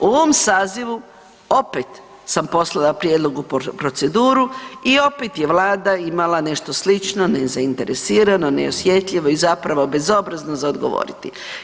U ovom sazivu opet sam poslala prijedlog u proceduru i opet je Vlada imala nešto slično nezainteresirano, neosjetljivo i zapravo bezobrazno za odgovoriti.